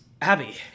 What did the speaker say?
Abby